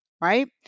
right